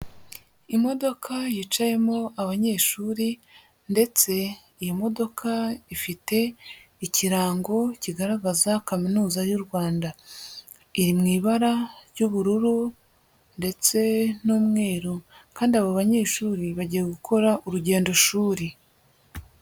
Imodoka yicayemo abanyeshuri. Ndetse iyi modoka ifite ikirango kigaragaza Kaminuza y'u Rwanda iri mu ibara ry'ubururu ndetse n'umweru. Kandi abo banyeshuri bagiye gukora urugendoshuri.